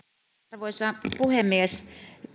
arvoisa puhemies